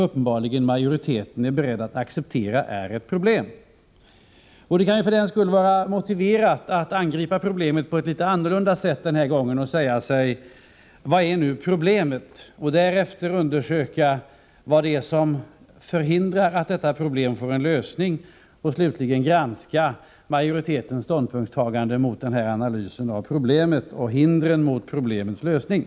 Majoriteten är tydligen beredd att acceptera att detta är ett problem. För den skull kan det vara motiverat att angripa saken på ett litet annorlunda sätt den här gången. Först och främst: Vad är problemet? Därefter: Vad förhindrar att detta problem får en lösning? Slutligen: En granskning av majoritetens ståndpunktstagande mot bakgrund av denna analys av problemet och hindret för problemets lösning.